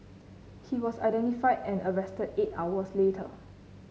he was identified and arrested eight hours later